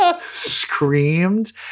screamed